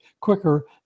quicker